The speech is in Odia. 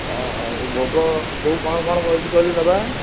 ଅ ହଉ ଭୋଗ ବୋଉ କ'ଣ କ'ଣ କହିଛି କହିଲୁ ନେବା